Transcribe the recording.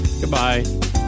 goodbye